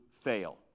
fail